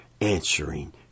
answering